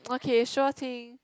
okay sure thing